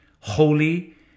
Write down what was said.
holy